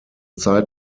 zeit